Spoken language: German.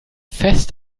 fest